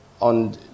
on